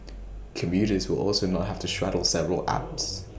commuters will also not have to straddle several apps